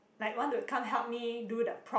like want to come help me do the props